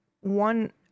one